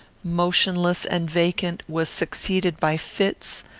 motionless, and vacant, was succeeded by fits,